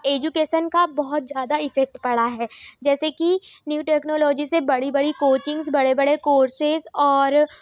education का बहुत ज़्यादा इफ़ेक्ट पड़ा है जैसे कि न्यू टेक्नोलॉजी से बड़ी बड़ी कोचिंग्स बड़े बड़े कोर्सेस और